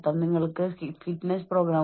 കാരണം നിങ്ങളുടെ കടമ അത് ആവശ്യപ്പെടുന്നു